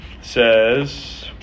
Says